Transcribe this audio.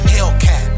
Hellcat